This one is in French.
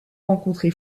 rencontré